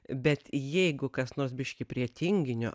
bet jeigu kas nors biškį prie tinginio